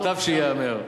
מוטב שייאמר.